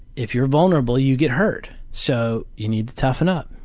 if you're vulnerable, you get hurt. so you need to toughen up.